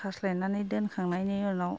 खास्लायनानै दोनखांनायनि उनाव